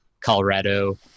Colorado